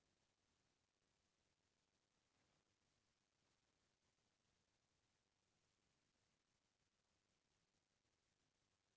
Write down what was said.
मनसे ह दूसर के लोन गारेंटर बने हे, करजा ले मनखे लोन ल नइ सकिस अइसन म गारेंटर ऊपर आथे